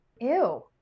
ew